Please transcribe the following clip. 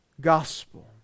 gospel